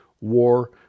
war